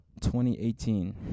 2018